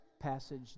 passage